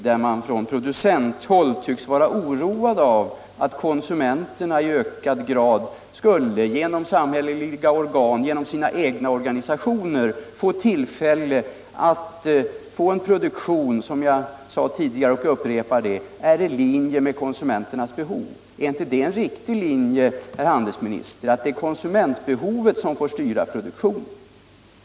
Man tycks på producenthåll vara oroad över att konsumenterna genom samhälleliga organ och sina egna organisationer i ökad grad skulle ges möjligheter att få en produktion som — jag sade det tidigare och upprepar det — är i linje med konsumenternas behov. Är inte det en riktig linje, herr handelsminister, att det är konsumenternas behov som får styra produktionen?